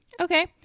Okay